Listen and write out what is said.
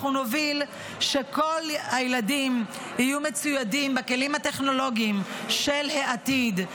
אנחנו נוביל כדי שכל הילדים יהיו מצוידים בכלים הטכנולוגיים של העתיד.